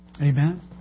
Amen